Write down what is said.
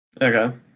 Okay